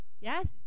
Yes